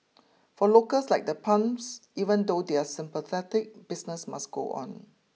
for locals like the Puns even though they're sympathetic business must go on